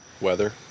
Weather